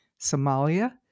Somalia